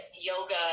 yoga